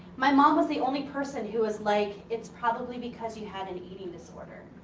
my mom was the only person who was like it's probably because you had an disorder.